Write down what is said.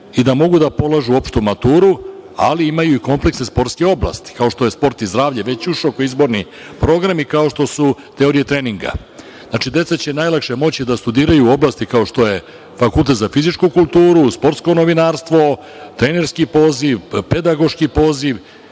i da mogu da plažu opštu maturu, ali imaju i komplekse sportske oblasti, kao što je - sport i zdravlje već ušao kao izborni program i kao što su – teorije treninga. Deca će najlakše moći da studiraju oblasti kao što je Fakultet za fizičku kulturu, sportsko novinarstvo, trenerski poziv, pedagoški poziv